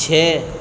چھ